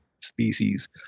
species